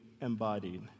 embodied